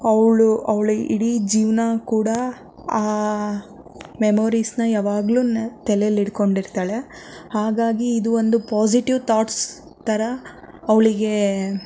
ಅವಳು ಅವಳ ಇಡೀ ಜೀವನ ಕೂಡ ಆ ಮೆಮೊರಿಸನ್ನ ಯಾವಾಗಲೂ ತಲೆಲಿ ಇಟ್ಕೊಂಡಿರ್ತಾಳೆ ಹಾಗಾಗಿ ಇದು ಒಂದು ಪಾಸಿಟಿವ್ ಥಾಟ್ಸ್ ಥರ ಅವಳಿಗೆ